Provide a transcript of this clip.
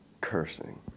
cursing